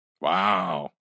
Wow